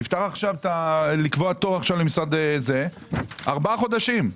לקבוע תור ארבעה חודשים.